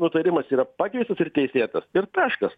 nutarimas yra pakeistas ir teisėtas ir taškas